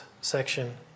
section